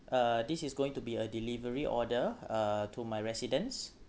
uh this is going to be a delivery order uh to my residence